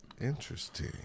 Interesting